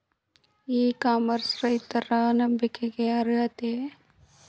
E commerce ರೈತರ ನಂಬಿಕೆಗೆ ಅರ್ಹವೇ?